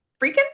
freaking